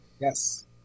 Yes